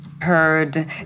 heard